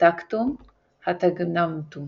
הטקטום הטגמנטום